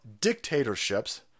dictatorships